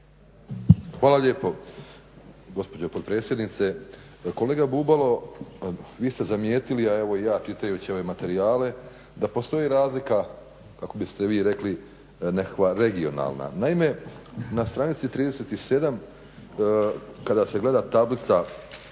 Hvala lijepo gospođo potpredsjednice. Kolega Bubalo, vi ste zamijetili a evo i ja čitajući ove materijale da postoji razlika kako biste vi rekli nekakva regionalna. Naime, na stranici 37. kada se gleda tablica